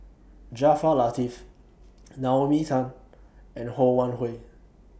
Jaafar Latiff Naomi Tan and Ho Wan Hui